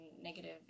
negative